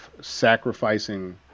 sacrificing